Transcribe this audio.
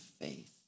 faith